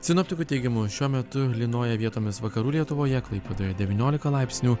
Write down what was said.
sinoptikų teigimu šiuo metu lynoja vietomis vakarų lietuvoje klaipėdoje devyniolika laipsnių